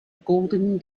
golden